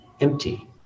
empty